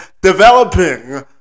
developing